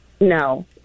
No